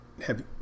heavy